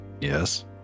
Yes